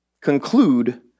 conclude